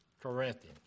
Corinthians